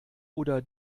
oder